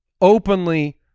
openly